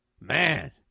Man